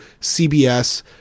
CBS